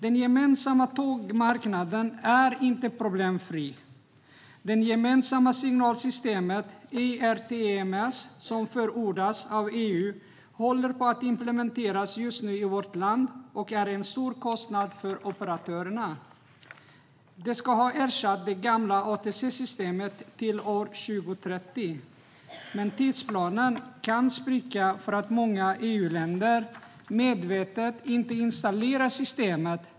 Den gemensamma tågmarknaden är inte problemfri. Det gemensamma signalsystemet ERTMS som förordas av EU håller på att implementeras just nu i vårt land och innebär en stor kostnad för operatörerna. Det ska ha ersatt det gamla ATC-systemet till år 2030, men tidsplanen kan spricka därför att många EU-länder medvetet inte installerar systemet.